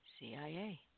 CIA